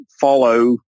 follow